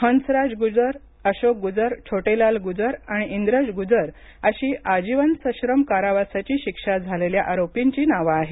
हंसराज गुजर अशोक गुजर छोटेलाल गुजर आणि इंद्रज गुजर अशी आजीवन सश्रम कारावासाची शिक्षा झालेल्या आरोपींची नावं आहेत